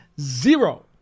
zero